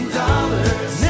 dollars